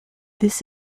this